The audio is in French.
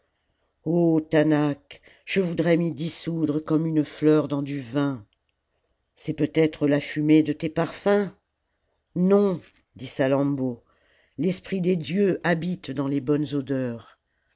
oh taanach je voudrais m'y dissoudre comme une fleur dans du vin c'est peut-être la fumée de tes parfums non dit salammbô l'esprit des dieux habite dans les bonnes odeurs